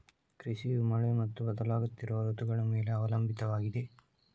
ಕೃಷಿಯು ಮಳೆ ಮತ್ತು ಬದಲಾಗುತ್ತಿರುವ ಋತುಗಳ ಮೇಲೆ ಅವಲಂಬಿತವಾಗಿದೆ